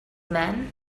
man